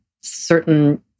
certain